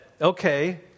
okay